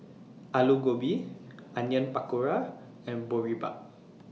Alu Gobi Onion Pakora and Boribap